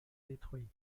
détruits